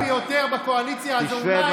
והאנטי-חרדי ביותר בקואליציה הזאת.